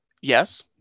yes